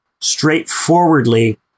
straightforwardly